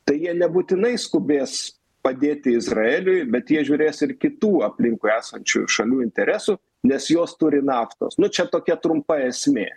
tai jie nebūtinai skubės padėti izraeliui bet jie žiūrės ir kitų aplinkui esančių šalių interesų nes jos turi naftos nu čia tokia trumpa esmė